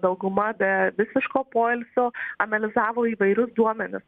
dauguma be visiško poilsio analizavo įvairius duomenis